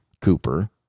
Cooper